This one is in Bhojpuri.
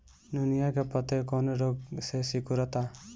नेनुआ के पत्ते कौने रोग से सिकुड़ता?